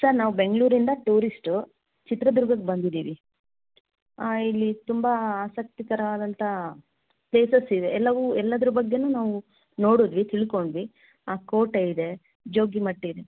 sir ನಾವು ಬೆಂಗಳೂರಿಂದ tourist ಚಿತ್ರದುರ್ಗಕ್ಕೆ ಬಂದಿದೀವಿ ಹಾಂ ಇಲ್ಲಿ ತುಂಬ ಆಸಕ್ತಿಕರವಾದಂಥ ಪ್ಲೇಸಸ್ ಇವೆ ಎಲ್ಲವೂ ಎಲ್ಲದ್ರ ಬಗ್ಗೆನೂ ನಾವು ನೋಡಿದ್ವಿ ತಿಳ್ಕೊಂಡ್ವಿ ಕೋಟೆ ಇದೆ ಜೋಗಿಮಟ್ಟಿ ಇದೆ